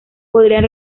podrían